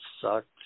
sucked